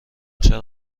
چرا